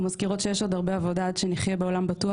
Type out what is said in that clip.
ומזכירות שיש עוד הרבה עבודה עד שנחיה בעולם בטוח